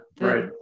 right